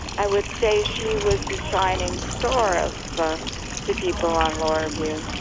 i would say she was the shining star of the people on law view